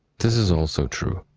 this is also true.